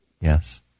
Yes